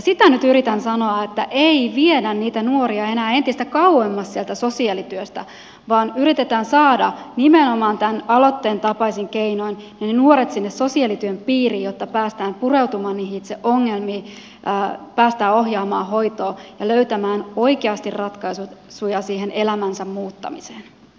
sitä nyt yritän sanoa että ei viedä niitä nuoria enää entistä kauemmas sieltä sosiaalityöstä vaan yritetään saada nimenomaan tämän aloitteen tapaisin keinoin ne nuoret sinne sosiaalityön piiriin jotta päästään pureutumaan niihin itse ongelmiin päästään ohjaamaan hoitoon ja löytämään oikeasti ratkaisuja siihen elämän muuttamiseen